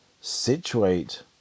situate